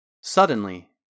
Suddenly